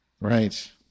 right